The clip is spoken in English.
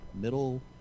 middle